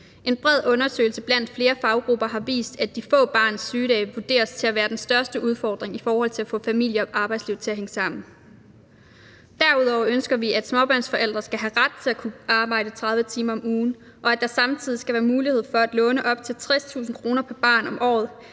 En bred undersøgelse blandt flere faggrupper har vist, at de få barn syg-dage vurderes til at være den største udfordring i forhold til at få familie- og arbejdsliv til at hænge sammen. Derudover ønsker vi, at småbørnsforældre skal have ret til at kunne arbejde 30 timer om ugen, og at der samtidig skal være mulighed for at låne op til 60.000 kr. pr. barn om året